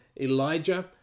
Elijah